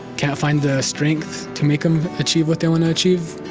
can't find the strength to make em achieve what they wanna achieve,